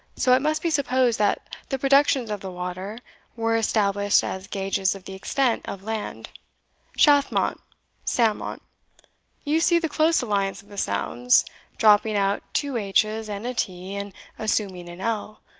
so it must be supposed that the productions of the water were established as gauges of the extent of land shathmont salmont you see the close alliance of the sounds dropping out two h's, and a t, and assuming an l,